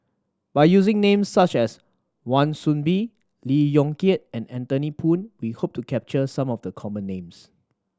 by using names such as Wan Soon Bee Lee Yong Kiat and Anthony Poon we hope to capture some of the common names